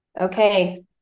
Okay